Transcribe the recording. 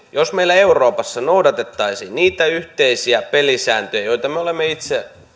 jos meillä euroopassa noudatettaisiin niitä yhteisiä pelisääntöjä joita me olemme itse